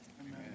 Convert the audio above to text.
Amen